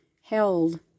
held